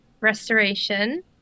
restoration